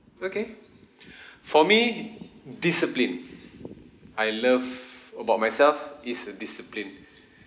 okay for me discipline I love about myself is discipline